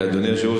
אדוני היושב-ראש,